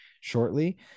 shortly